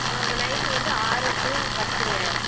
ஆமாம் நைட்டு வந்து ஆறு டூ பத்துங்க